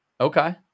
okay